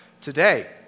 today